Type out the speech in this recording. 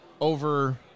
over